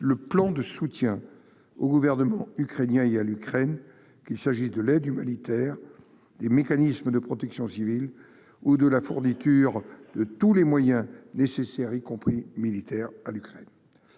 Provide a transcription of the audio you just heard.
le plan de soutien au Gouvernement ukrainien, qu'il s'agisse de l'aide humanitaire, des mécanismes de protection civile ou de la fourniture à l'Ukraine de tous les moyens nécessaires, y compris militaires. En